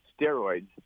steroids